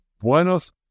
Buenos